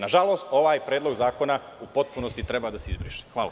Nažalost, ovaj predlog zakona u potpunosti treba da se izbriše.